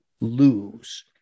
lose